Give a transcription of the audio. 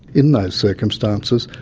in those circumstances,